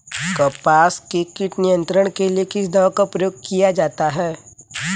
कपास में कीट नियंत्रण के लिए किस दवा का प्रयोग किया जाता है?